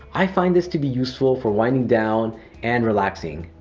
i find these to be useful for winding down and relaxing.